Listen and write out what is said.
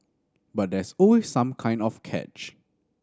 but there's always some kind of catch